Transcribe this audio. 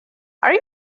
are